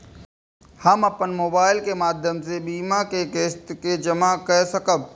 हम अपन मोबाइल के माध्यम से बीमा के किस्त के जमा कै सकब?